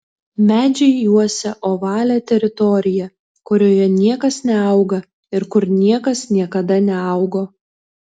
medžiai juosia ovalią teritoriją kurioje niekas neauga ir kur niekas niekada neaugo